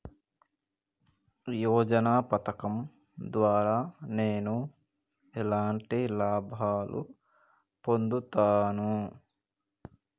యోజన పథకం ద్వారా నేను ఎలాంటి లాభాలు పొందుతాను?